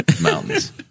Mountains